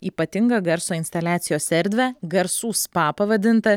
ypatingą garso instaliacijos erdvę garsų spa pavadinta